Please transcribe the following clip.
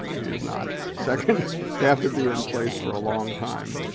he is not. second they have to be in place for a long time,